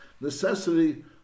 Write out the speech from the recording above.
necessity